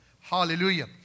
hallelujah